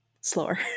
slower